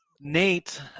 Nate